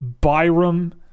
Byram